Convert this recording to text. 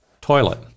toilet